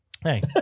Hey